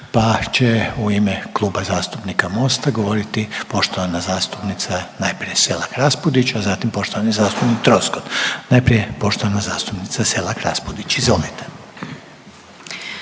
pa će u ime Kluba zastupnika MOST-a govoriti poštovana zastupnica najprije Selak Raspudić, a zatim poštovani zastupnik Troskot. Najprije poštovana zastupnica Selak Raspudić, izvolite.